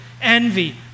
Envy